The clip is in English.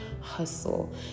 hustle